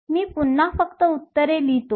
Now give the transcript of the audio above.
मी पुन्हा फक्त उत्तरे लिहितो